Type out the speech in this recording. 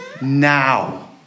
now